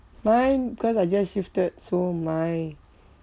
mine because I just shifted so my